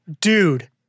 dude